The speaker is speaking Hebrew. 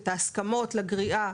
את ההסכמות לגריעה,